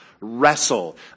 wrestle